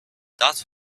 that